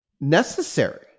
necessary